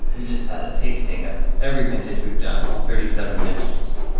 we just had a tasting of every vintage we've done, all thirty seven vintages.